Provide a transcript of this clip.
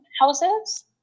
houses